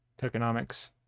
tokenomics